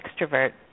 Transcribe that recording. extrovert